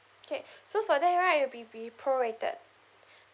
K so for that right it'll be be prorated